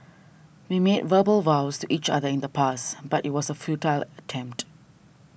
we made verbal vows each other in the past but it was a futile attempt